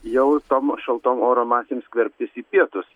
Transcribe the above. jau tom šaltom oro masėm skverbtis į pietus